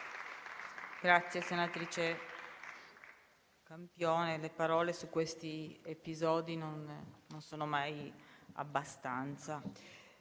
Grazie, senatrice Campione. Le parole su questi episodi non sono mai abbastanza.